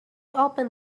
open